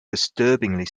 disturbingly